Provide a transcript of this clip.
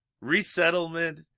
resettlement